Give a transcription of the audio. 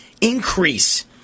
increase